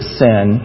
sin